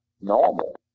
normal